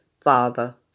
father